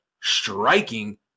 Striking